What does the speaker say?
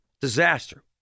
Disaster